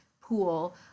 pool